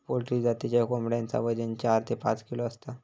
poultry जातीच्या कोंबड्यांचा वजन चार ते पाच किलो असता